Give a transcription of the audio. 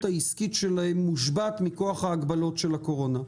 העסקית שלהם מושבת מכוח ההגבלות של הקורונה?